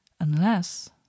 Unless